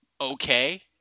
okay